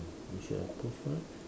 we should have pushed for it